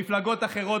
מפלגות אחרות,